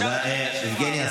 יבגני,